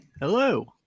Hello